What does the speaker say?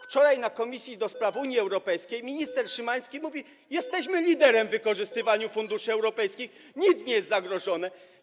Wczoraj w Komisji do Spraw Unii Europejskiej minister Szymański mówi: jesteśmy liderem w wykorzystywaniu funduszy europejskich, nic nie jest zagrożone.